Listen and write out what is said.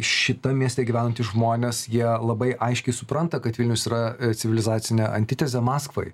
šitam mieste gyvenantys žmonės jie labai aiškiai supranta kad vilnius yra civilizacinė antitezė maskvai